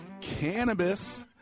cannabis